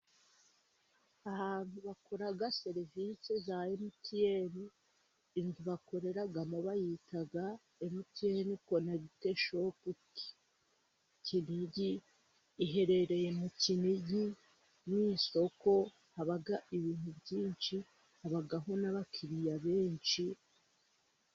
Ahantu bakora serivise za emutiyeni, inzu bakoreramo bayita emutiyene conegite shopu kinigi, iherereye mu kinigi ni isoko haba ibintu byinshi haba n'abakiriya benshi.